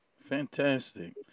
Fantastic